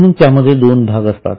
म्हणून त्यामध्ये दोन भाग असतात